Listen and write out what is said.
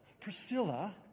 Priscilla